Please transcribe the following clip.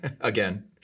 again